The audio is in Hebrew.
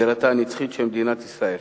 בירתה הנצחית של מדינת ישראל.